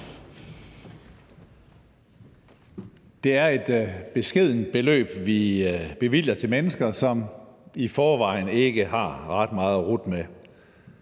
Det er et beskedent beløb, vi bevilger til mennesker, som i forvejen ikke har ret meget at rutte med.